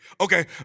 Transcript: Okay